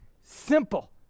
simple